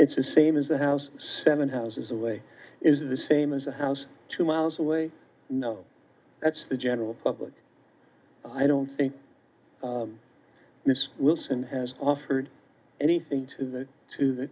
it's the same as the house seven houses away is the same as a house two miles away no that's the general public i don't think mr wilson has offered anything to the to the